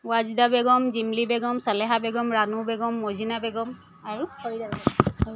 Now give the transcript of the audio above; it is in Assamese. ৱাজিদা বেগম জিমলি বেগম চালেহা বেগম ৰাণু বেগম মৰজিনা বেগম আৰু খৰি